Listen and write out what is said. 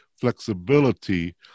flexibility